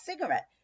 cigarette